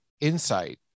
insight